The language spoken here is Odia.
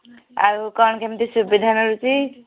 ଆଉ କ'ଣ କେମିତି ସୁବିଧା ମିଳୁଛି